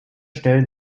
stellen